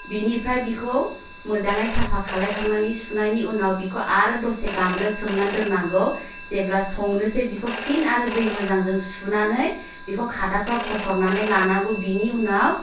बिनिफ्राय बिखौ मोजाङै साफा खालायखांनानै सुनायनि उनाव बिखौ आरो दसे गामलायाव सोमना दोन्नांगौ जेब्ला संनोसै बिखौ फिन आरो दै मोजांजों सुनानै बिखौ खादाफ्राव फसरनानै लानांगौ बिनि उनाव